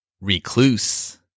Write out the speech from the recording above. Recluse